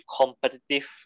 competitive